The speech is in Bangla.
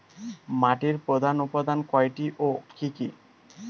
মাটির প্রধান উপাদান কয়টি ও কি কি?